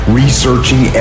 researching